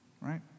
Right